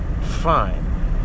fine